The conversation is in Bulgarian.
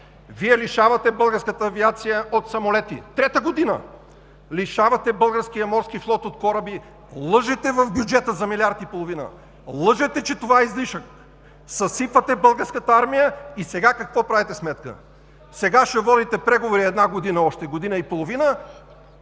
Вие лишавате българската авиация от самолети трета година! Лишавате Българския морски флот от кораби! Лъжете в бюджета за милиард и половина! Лъжете, че това е излишък! Съсипвате Българската армия! И какво правите сметка – сега ще водите преговори една година още, година и половина